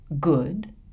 good